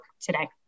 today